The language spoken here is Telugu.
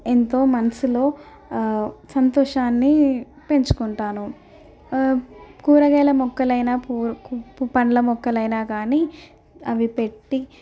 ఎంతో మనసులో సంతోషాన్ని పెంచుకుంటాను కూరగాయల మొక్కలైనా పండ్ల మొక్కలైనా కాని అవి పెట్టి